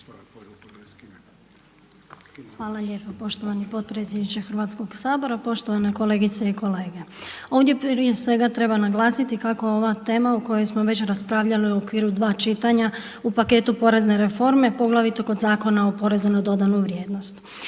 Hvala lijepa poštovani potpredsjedniče Hrvatskog sabora. Poštovane kolegice i kolege. Ovdje prije svega treba naglasiti kako ova tema o kojoj smo već raspravljali u okviru dva čitanja u paketu porezne reforme, poglavito kod Zakona o porezu na dodanu vrijednost.